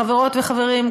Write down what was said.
חברות וחברים,